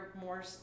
more